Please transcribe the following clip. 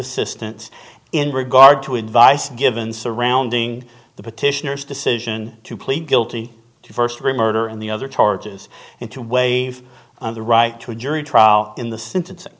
assistance in regard to advice given surrounding the petitioners decision to plead guilty to first rumor and the other charges and to waive the right to a jury trial in the sentencing